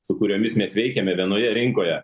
su kuriomis mes veikiame vienoje rinkoje